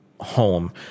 home